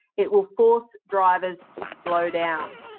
it will force drivers to slow down.